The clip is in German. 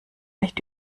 nicht